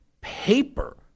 paper